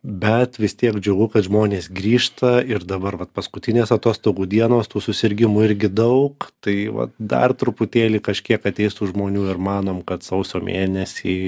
bet vis tiek džiugu kad žmonės grįžta ir dabar vat paskutinės atostogų dienos tų susirgimų irgi daug tai vat dar truputėlį kažkiek ateis tų žmonių ir manom kad sausio mėnesį